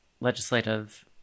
legislative